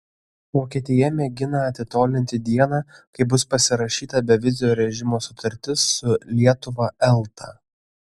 vokietija mėgina atitolinti dieną kai bus pasirašyta bevizio režimo sutartis su lietuva elta